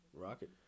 Rocket